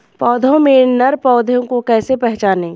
पौधों में नर पौधे को कैसे पहचानें?